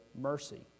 mercy